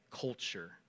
culture